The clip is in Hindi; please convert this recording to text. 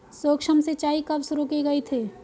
सूक्ष्म सिंचाई कब शुरू की गई थी?